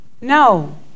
No